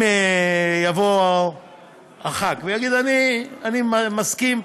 אם יבוא חבר הכנסת ויגיד: אני מסכים,